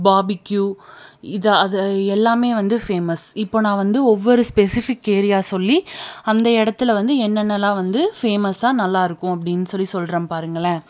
barbecue இது அது எல்லாம் வந்து ஃபேமஸ் இப்போ நான் வந்து ஒவ்வொரு ஸ்பெசிஃபிக் ஏரியா சொல்லி அந்த இடத்துல வந்து என்னன்னலாம் வந்து ஃபேமஸாக நல்லாயிருக்கும் அப்படினு சொல்லி சொல்றேன் பாருங்கள்